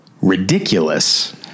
ridiculous